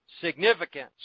significance